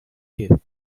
you